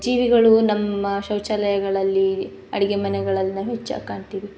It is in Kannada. ಜೀವಿಗಳು ನಮ್ಮ ಶೌಚಾಲಯಗಳಲ್ಲಿ ಅಡುಗೆ ಮನೆಗಳಲ್ಲಿ ನಾವು ಹೆಚ್ಚಾಗಿ ಕಾಣ್ತೀವಿ